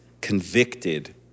convicted